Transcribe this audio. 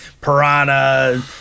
Piranha